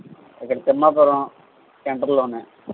ఇక్కడ తిమ్మాపురము సెంటర్లోనే